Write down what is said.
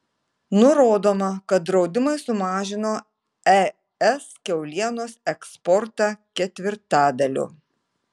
nurodoma kad draudimai sumažino es kiaulienos eksportą ketvirtadaliu